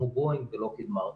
כמו בואינג ולוקהיד-מרטין.